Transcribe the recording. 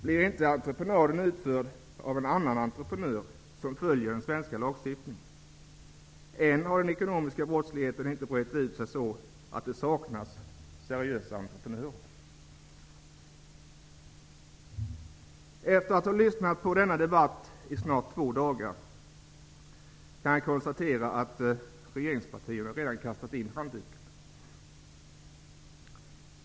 Blir entrepenaden då inte utförd av en annan entrepenör som följer den svenska lagstiftningen? Än har inte den ekonomiska brottsligheten brett ut sig så mycket att det saknas seriösa entreprenörer. Efter att ha lyssnat på denna allmänpolitiska debatt i snart två dagar kan jag konstatera att regeringspartierna redan har kastat in handduken.